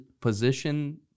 position